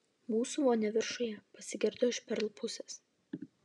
mūsų vonia viršuje pasigirdo iš perl pusės